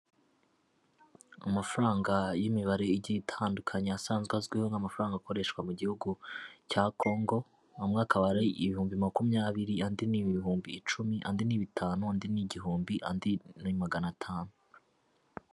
Amafaranga y'imibare igiye itandukanye asanzwe azwiho nk'amafaranga akoreshwa mu gihugu cya kongo amwe akaba ari ibihumbi makumyabiri andi ni ibihumbi icumi andi ni bitanu andi ni igihumbi andi ni magana atanu.